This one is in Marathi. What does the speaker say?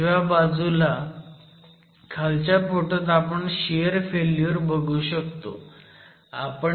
उजव्या बाजूला खालच्या फोटोत आपण शियर फेल्युअर बघू शकतो